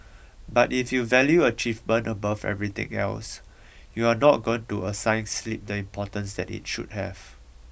but if you value achievement above everything else you're not going to assign sleep the importance that it should have